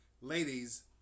Ladies